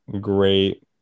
great